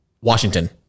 Washington